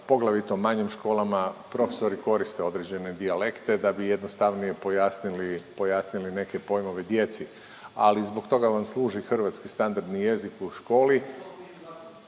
poglavito manjim školama, profesori koriste određene dijalekte, da bi jednostavnije pojasnili, pojasnili neke pojmove djeci. Ali zbog toga vam služi hrvatski standardni jezik u školi